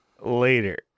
later